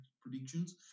predictions